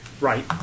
Right